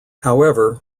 however